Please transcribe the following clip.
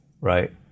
Right